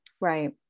Right